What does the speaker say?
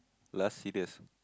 last serious